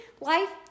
life